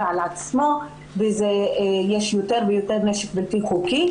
על עצמו ויש יותר ויותר נשק בלתי-חוקי.